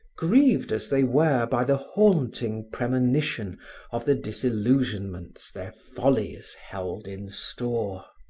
grieved as they were by the haunting premonition of the dissillusionments their follies held in store.